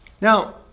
Now